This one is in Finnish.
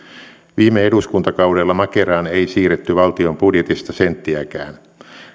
viime eduskuntakaudella makeraan ei siirretty valtion budjetista senttiäkään